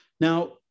Now